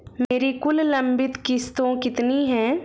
मेरी कुल लंबित किश्तों कितनी हैं?